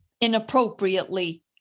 inappropriately